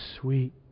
Sweet